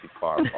far